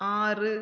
ஆறு